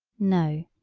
no,